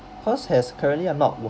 cause as currently I'm not